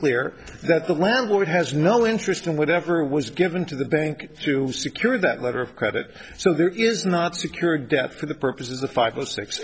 clear that the landlord has no interest in whatever was given to the bank to secure that letter of credit so there is not secure a debt for the purpose of the five of six